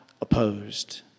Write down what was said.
opposed